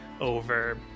over